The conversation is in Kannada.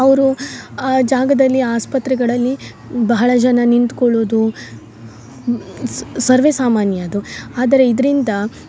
ಅವರು ಆ ಜಾಗದಲ್ಲಿ ಆಸ್ಪತ್ರೆಗಳಲ್ಲಿ ಬಹಳ ಜನ ನಿಂತ್ಕೊಳ್ಳುವುದು ಸರ್ವೇಸಾಮಾನ್ಯ ಅದು ಆದರೆ ಇದರಿಂದ